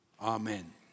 amen